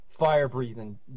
Fire-breathing